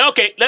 Okay